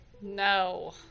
no